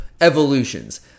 evolutions